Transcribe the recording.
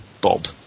Bob